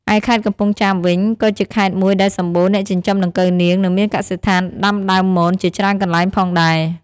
ឯខេត្តកំពង់ចាមវិញ ក៏ជាខេត្តមួយដែលសម្បូរអ្នកចិញ្ចឹមដង្កូវនាង និងមានកសិដ្ឋានដាំដើមមនជាច្រើនកន្លែងផងដែរ។